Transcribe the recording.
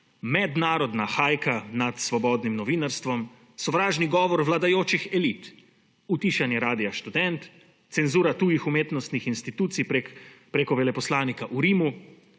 mednarodna hajka nad svobodnim novinarstvom, sovražni govor vladajočih elit, utišanje Radia Študent, cenzura tujih umetnostnih institucij preko veleposlanika v Rimu,